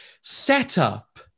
setup